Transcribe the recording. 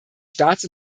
staats